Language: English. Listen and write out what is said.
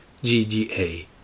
GDA